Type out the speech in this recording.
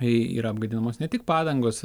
yra apgadinamos ne tik padangos